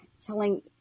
telling